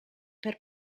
per